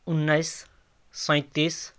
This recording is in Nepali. उन्नाइस सैँतिस